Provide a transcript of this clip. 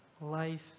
life